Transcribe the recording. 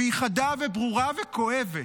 והיא חדה וברורה וכואבת.